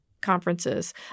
conferences